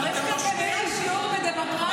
צריך כנראה שיעור בדמוקרטיה.